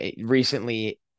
recently